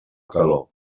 calor